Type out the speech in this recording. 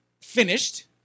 finished